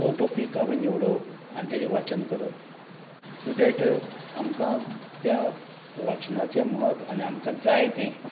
तो टॉपीक हांवेन निवडप आन् तेजें वाचन करप सो दॅट आमकां त्या वाचनाचें म्हत्व आनी आमकां जाय तें